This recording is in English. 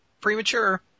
premature